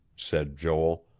said joel.